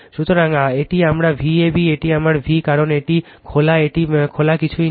সুতরাং এটি আমার VAB এটি আমার v কারণ এটি খোলা এটি খোলা এটি কিছুই নেই